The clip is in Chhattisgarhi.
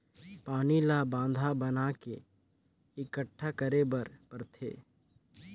पानी ल बांधा बना के एकटठा करे बर परथे